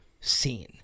seen